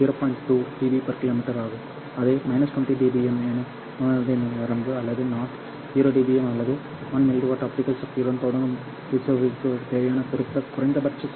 2 dB Km ஆகும் அதே 20 dBm எனது உணர்திறன் வரம்பு அல்லது நான் 0 dBm அல்லது 1 mv ஆப்டிகல் சக்தியுடன் தொடங்கும் ரிசீவருக்குத் தேவையான குறைந்தபட்ச சக்தி